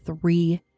three